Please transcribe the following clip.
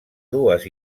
dues